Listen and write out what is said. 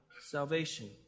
salvation